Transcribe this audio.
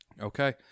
Okay